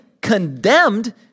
condemned